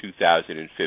2015